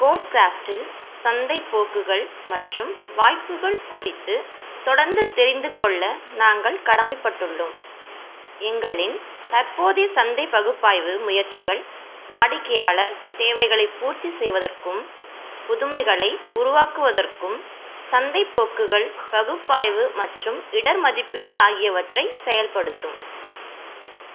கோட்கிராஃப்ட்டில் சந்தைப் போக்குகள் மற்றும் வாய்ப்புகள் குறித்து தொடர்ந்து தெரிந்துக்கொள்ள நாங்கள் கடமைப்பட்டுள்ளோம் எங்களின் தற்போதைய சந்தை பகுப்பாய்வு முயற்சிகள் வாடிக்கையாளர் தேவைகளைப் பூர்த்தி செய்வதற்கும் புதுமைகளை உருவாக்குவதற்கும் சந்தை போக்குகள் பகுப்பாய்வு மற்றும் இடர் மதிப்பீடு ஆகியவற்றைச் செயல்படுத்தும்